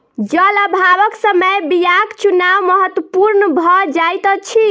जल अभावक समय बीयाक चुनाव महत्पूर्ण भ जाइत अछि